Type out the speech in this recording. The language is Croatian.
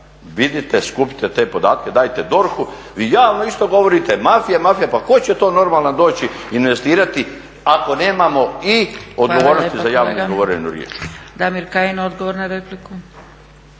vidite, skupite te podatke, dajte DORH-u. Vi javno isto govorite mafija, mafija, pa tko će to normalan doći investirati ako nemamo i odgovornost za javno izgovorenu riječ.